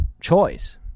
choice